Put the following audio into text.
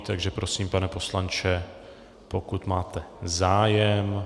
Takže prosím, pane poslanče, pokud máte zájem...